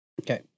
Okay